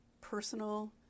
personal